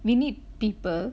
we need people